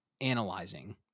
analyzing